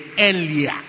earlier